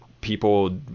people